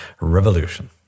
revolution